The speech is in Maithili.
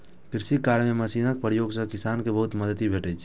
कृषि कार्य मे मशीनक प्रयोग सं किसान कें बहुत मदति भेटै छै